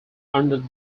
under